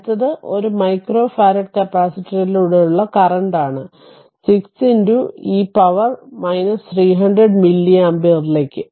അടുത്തത് ഒരു 2 micro farad കപ്പാസിറ്ററിലൂടെയുള്ള കറന്റ് ആണ് 6 ഇ പവർ 3000 മില്ലി ആമ്പിയറിലേക്ക്